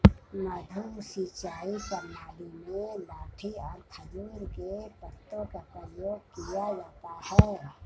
मद्दू सिंचाई प्रणाली में लाठी और खजूर के पत्तों का प्रयोग किया जाता है